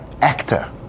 actor